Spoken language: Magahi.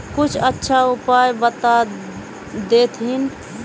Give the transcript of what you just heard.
कुछ अच्छा उपाय बता देतहिन?